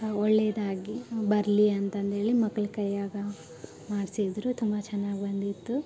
ಒಳ್ಳೆಯದಾಗಿ ಬರಲಿ ಅಂತಂದೇಳಿ ಮಕ್ಳ ಕೈಯಲ್ಲಿ ಮಾಡಿಸಿದ್ರು ತುಂಬ ಚೆನ್ನಾಗ್ ಬಂದಿತ್ತು